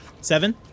Seven